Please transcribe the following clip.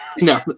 No